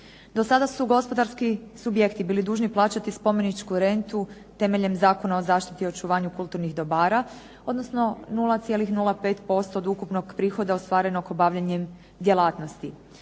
Do sada su gospodarski subjekti bili dužni plaćati spomeničku rentu temeljem Zakona o zaštiti i očuvanju kulturnih dobara, odnosno 0,05% od ukupnog prihoda ostvarenog obavljanjem djelatnosti.